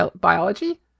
biology